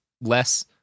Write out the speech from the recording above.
less